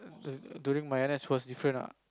during my N_S was different ah